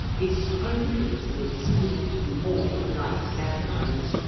is scrupulously excluded from all polite gatherings.